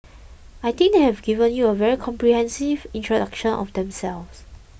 I think they have given you a very comprehensive introduction of themselves